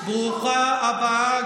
ברוכה הבאה,